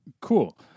cool